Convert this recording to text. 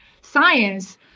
Science